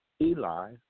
Eli